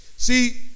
See